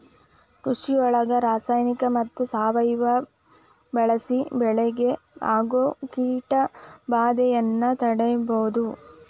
ಕೃಷಿಯೊಳಗ ರಾಸಾಯನಿಕ ಮತ್ತ ಸಾವಯವ ಬಳಿಸಿ ಬೆಳಿಗೆ ಆಗೋ ಕೇಟಭಾದೆಯನ್ನ ತಡೇಬೋದು